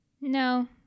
no